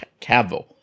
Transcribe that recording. Cavill